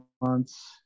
months